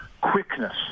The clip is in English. quickness